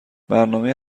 برنامهی